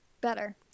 Better